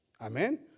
Amen